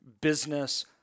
business